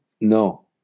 No